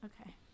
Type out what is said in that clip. Okay